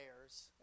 layers